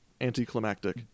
anticlimactic